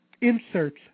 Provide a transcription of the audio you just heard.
Inserts